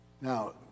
Now